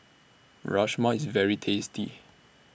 Rajma IS very tasty